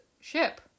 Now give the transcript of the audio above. ship